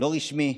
לא רשמי,